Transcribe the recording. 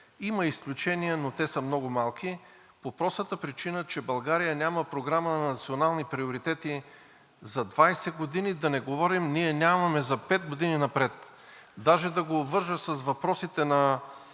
Има изключения, но те са много малки, по простата причина че България няма програма на национални приоритети за 20 години, да не говорим, ние нямаме за пет години напред. Даже да го обвържа с въпросите на